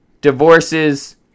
divorces